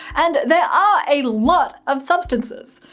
and there are a lot of substances!